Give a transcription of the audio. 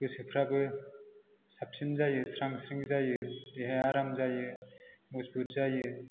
गोसोफ्राबो साबसिन जायो स्रां स्रिं जायो देहाया आराम जायो मजबुत जायो